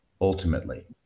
ultimately